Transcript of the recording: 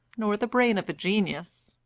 nor the brain of a genius,